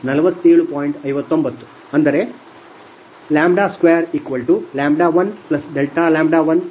59 ಅಂದರೆ 6047